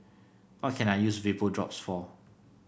how can I use Vapodrops for